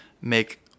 make